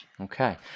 okay